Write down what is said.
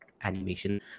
animation